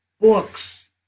books